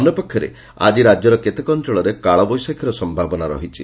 ଅନ୍ୟ ପକ୍ଷରେ ଆଜି ରାଜ୍ୟର କେତେକ ଅଞଳରେ କାଳ ବୈଶାଖୀର ସମ୍ଭାବନା ରହିଛି